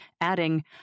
adding